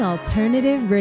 Alternative